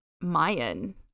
Mayan